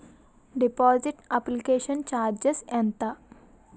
Deposit application charges ఎంత?